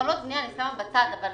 התחלות בנייה אני שמה בצד, אבל